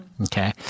Okay